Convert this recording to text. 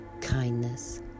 kindness